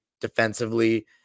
defensively